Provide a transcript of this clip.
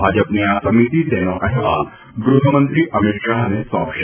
ભાજપની આ સમિતી તેમનો અહેવાલ ગૃહમંત્રી અમીત શાહને સોંપશે